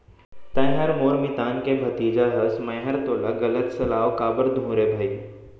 तैंहर मोर मितान के भतीजा हस मैंहर तोला गलत सलाव काबर दुहूँ रे भई